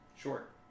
short